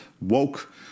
woke